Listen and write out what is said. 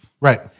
Right